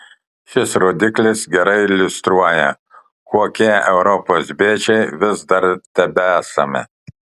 šis rodiklis gerai iliustruoja kokie europos bėdžiai vis dar tebesame